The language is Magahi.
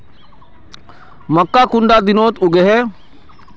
मक्का कुंडा दिनोत उगैहे?